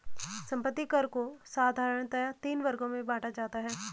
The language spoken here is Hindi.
संपत्ति कर को साधारणतया तीन वर्गों में बांटा जाता है